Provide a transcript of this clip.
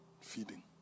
feeding